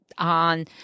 on